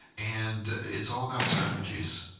and it's all about strategies.